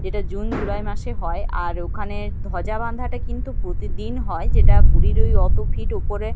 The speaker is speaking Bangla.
যেটা জুন জুলাই মাসে হয় আর ওখানের ধ্বজা বাঁধাটা কিন্তু প্রতিদিন হয় যেটা পুরীর ওই অত ফিট উপরে